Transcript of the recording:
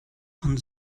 von